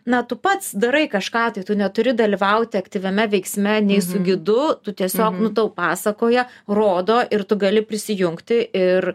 na tu pats darai kažką tai tu neturi dalyvauti aktyviame veiksme nei su gidu tu tiesiog nu tau pasakoja rodo ir tu gali prisijungti ir